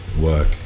Work